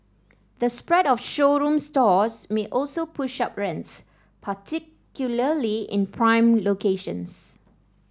the spread of showroom stores may also push up rents particularly in prime locations